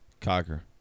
Cocker